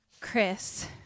Chris